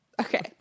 Okay